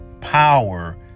power